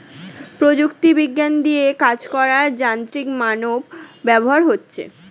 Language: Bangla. প্রযুক্তি বিজ্ঞান দিয়ে কাজ করার যান্ত্রিক মানব ব্যবহার হচ্ছে